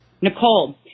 Nicole